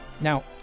Now